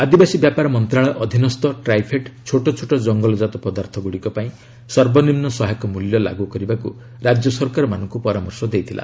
ଆଦିବାସୀ ବ୍ୟାପାର ମନ୍ତ୍ରଶାଳୟ ଅଧୀନସ୍ଥ ଟ୍ରାଇଫେଡ୍ ଛୋଟ ଛୋଟ ଜଙ୍ଗଲଜାତ ପଦାର୍ଥଗୁଡ଼ିକ ପାଇଁ ସର୍ବନିମ୍ନ ସହାୟକ ମୂଲ୍ୟ ଲାଗୁ କରିବାକୁ ରାଜ୍ୟ ସରକାରମାନଙ୍କୁ ପରାମର୍ଶ ଦେଇଥିଲା